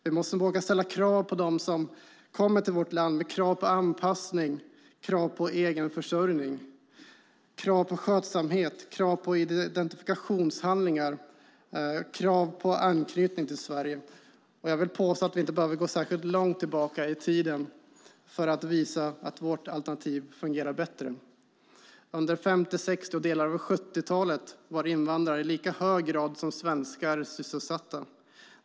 Vi måste våga ställa krav på dem som kommer till vårt land med krav på anpassning, krav på egenförsörjning, krav på skötsamhet, krav på identifikationshandlingar och krav på anknytning till Sverige. Jag vill påstå att vi inte behöver gå särskilt långt tillbaka i tiden för att visa att vårt alternativ fungerar bättre. Under 50-, 60 och delar av 70-talet var invandrare sysselsatta i lika hög grad som svenskar.